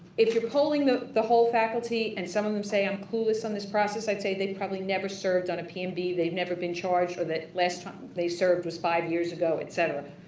if you're polling the the whole faculty and some of them say, i'm clueless on this process. i'd say they probably never served on a pmb. they've never been charged or the last time they served was five years ago, et cetera.